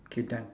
K done